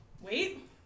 Wait